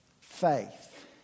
faith